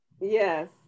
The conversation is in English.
Yes